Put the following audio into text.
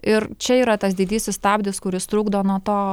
ir čia yra tas didysis stabdis kuris trukdo nuo to